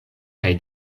kaj